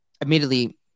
immediately